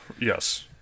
yes